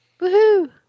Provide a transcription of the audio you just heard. Woohoo